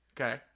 Okay